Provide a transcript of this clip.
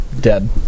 dead